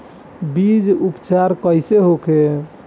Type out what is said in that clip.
बीज उपचार कइसे होखे?